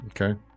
okay